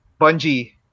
Bungie